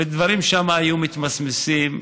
ודברים שם היו מתמסמסים